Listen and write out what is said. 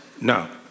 No